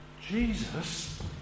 Jesus